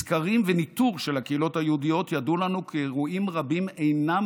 מסקרים וניטור של הקהילות היהודיות ידוע לנו כי אירועים רבים אינם